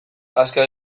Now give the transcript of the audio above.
hazka